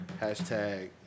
hashtag